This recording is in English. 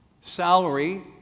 Salary